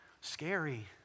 scary